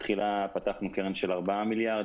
תחילה פתחנו קרן של 4 מיליארד,